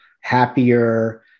happier